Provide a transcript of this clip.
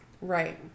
Right